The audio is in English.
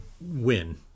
win